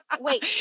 Wait